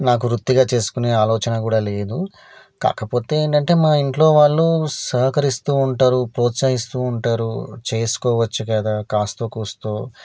నాకు వృత్తిగా చేసుకునే ఆలోచన కూడా లేదు కాకపోతే ఏంటంటే మా ఇంట్లో వాళ్ళు సహకరిస్తూ ఉంటారు ప్రోత్సహిస్తూ ఉంటారు చేసుకోవచ్చు కదా కాస్తో కూస్తో